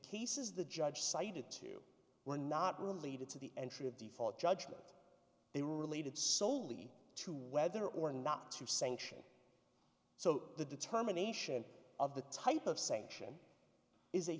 cases the judge cited to were not related to the entry of default judgment they were related soley to whether or not to sanction so the determination of the type of st sion is a